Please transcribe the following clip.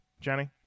Jenny